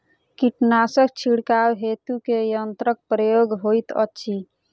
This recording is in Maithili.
कीटनासक छिड़काव हेतु केँ यंत्रक प्रयोग होइत अछि?